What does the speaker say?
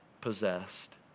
possessed